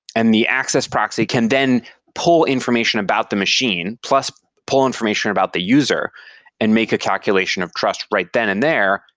and the access proxy can then pull information about the machine plus pull information about the user and make a calculation of trust right then and there.